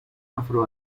afro